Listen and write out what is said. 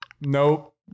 Nope